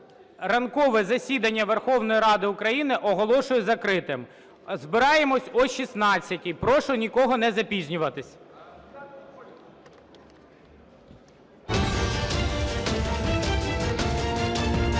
ранкове засідання Верховної Ради України оголошую закритим. Збираємось о 16-й. Прошу, нікому не запізнюватись.